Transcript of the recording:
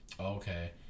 Okay